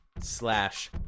slash